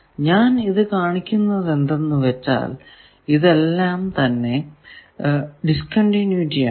ഞാൻ ഇത് കാണിക്കുന്നതെന്തെന്നു വച്ചാൽ ഇതെല്ലാം തന്നെ ഡിസ്കണ്ടിന്യൂറ്റി ആണ്